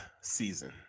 season